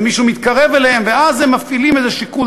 ומישהו מתקרב אליהם ואז הם מפעילים איזה שיקול